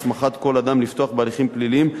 הסמכת כל אדם לפתוח בהליכים פליליים,